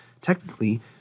Technically